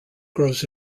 grows